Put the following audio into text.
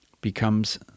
becomes